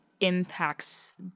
impacts